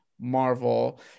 Marvel